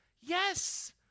yes